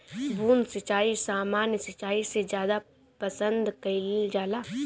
बूंद सिंचाई सामान्य सिंचाई से ज्यादा पसंद कईल जाला